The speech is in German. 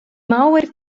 mauer